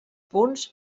punts